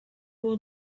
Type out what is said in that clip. will